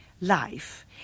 life